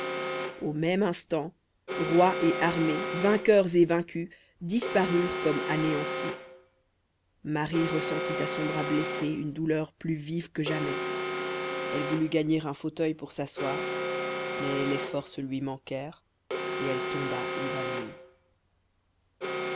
au même instant roi et armée vainqueurs et vaincus disparurent comme anéantis marie ressentit à son bras blessé une douleur plus vive que jamais elle voulut gagner un fauteuil pour s'asseoir mais les forces lui manquèrent et elle tomba évanouie